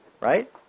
right